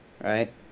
right